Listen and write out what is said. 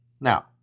now